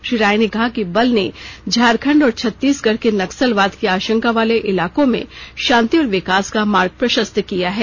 श्री राय ने कहा कि बल ने झारखंड और छत्तीसगढ़ के नक्सलवाद की आशंका वाले इलाकों में शांति और विकास का मार्ग प्रशस्त किया है